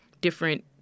different